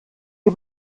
die